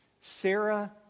Sarah